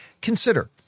consider